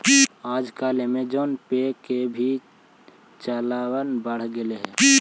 आजकल ऐमज़ान पे के भी चलन बढ़ गेले हइ